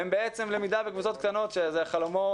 הן בעצם למידה בקבוצות קטנות שזה חלומה